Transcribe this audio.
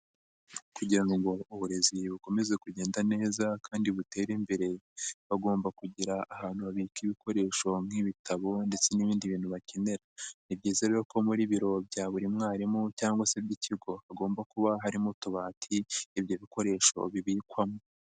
Kugira ngo uburezi bukomeze kugenda neza kandi butere imbere bagomba kugira ahantu habika ibikoresho nk'ibitabo ndetse n'ibindi bintu bakenera, ni byiza rero ko muri biro bya buri mwarimu cyangwa se by'ikigo hagomba kuba harimo utubati ibyo bikoresho bibikwamo.